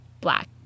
black